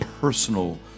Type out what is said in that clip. personal